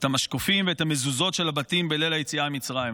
המשקופים ואת המזוזות של הבתים בליל היציאה ממצרים.